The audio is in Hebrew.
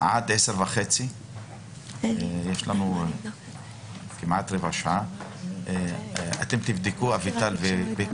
עד 10:30. אביטל ובקי,